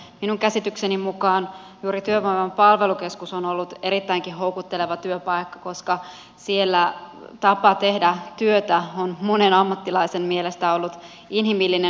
minun käsitykseni mukaan juuri työvoiman palvelukeskus on ollut erittäinkin houkutteleva työpaikka koska siellä tapa tehdä työtä on monen ammattilaisen mielestä ollut inhimillinen